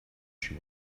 she